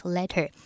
Letter